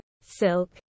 silk